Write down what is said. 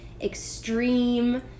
extreme